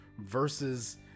versus